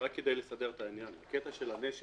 רק כדי להבהיר את העניין: הקטע של הנשק,